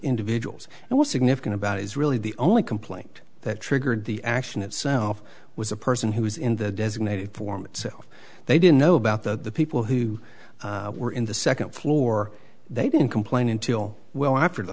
individuals and what's significant about it is really the only complaint that triggered the action itself was a person who was in the designated form itself they didn't know about the people who were in the second floor they didn't complain until well after the